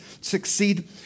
succeed